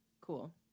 cool